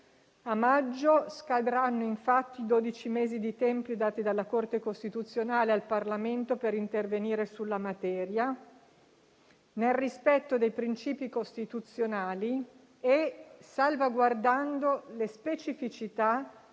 A maggio scadranno infatti i dodici mesi di tempo dati dalla Corte costituzionale al Parlamento per intervenire sulla materia, nel rispetto dei principi costituzionali e salvaguardando le specificità